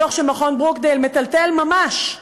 הדוח של מכון ברוקדייל מטלטל ממש.